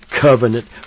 covenant